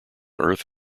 earth